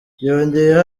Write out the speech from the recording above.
yongeyeho